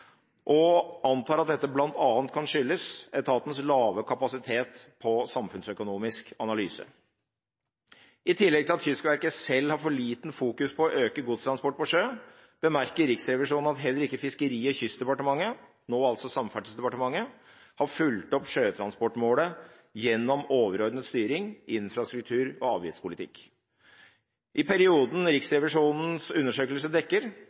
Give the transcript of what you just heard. og antar at dette bl.a. kan skyldes etatens lave kapasitet på samfunnsøkonomisk analyse. I tillegg til at Kystverket selv har for lite fokus på å øke godstransport på sjø, bemerker Riksrevisjonen at heller ikke Fiskeri- og kystdepartementet, nå Samferdselsdepartementet, har fulgt opp sjøtransportmålet gjennom overordnet styring, infrastruktur og avgiftspolitikk. I perioden Riksrevisjonens undersøkelse dekker,